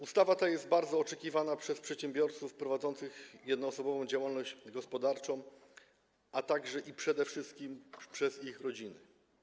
Ustawa ta jest bardzo oczekiwana przez przedsiębiorców prowadzących jednoosobową działalność gospodarczą, a także - i przede wszystkim - przez ich rodziny.